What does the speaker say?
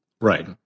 right